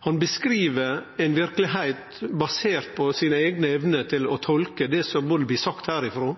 Han beskriv ei verkelegheit basert på sine eigne evner til å tolke både det som blir sagt herifrå,